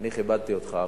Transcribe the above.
אני כיבדתי אותך.